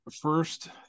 first